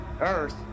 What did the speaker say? Earth